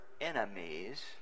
enemies